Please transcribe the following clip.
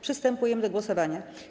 Przystępujemy do głosowania.